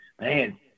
man